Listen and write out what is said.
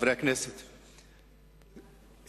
חברי הכנסת,